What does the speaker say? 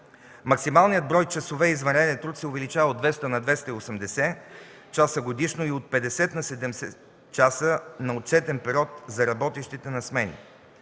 Максималният брой часове извънреден труд се увеличава от 200 на 280 часа годишно и от 50 на 70 часа на отчетен период за работещите на смени.